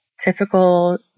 typical